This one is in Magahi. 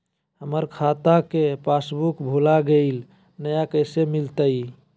हमर खाता के पासबुक भुला गेलई, नया कैसे मिलतई?